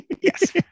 Yes